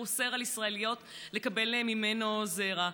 והוא אוסר על ישראליות לקבל ממנו זרע.